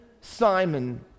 Simon